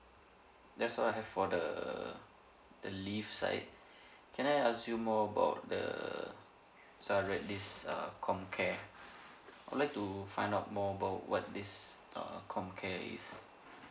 that's what I have for the the leave side can I ask you more about the so I read this uh comcare I would like to find out more about what this uh comcare is